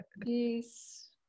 Peace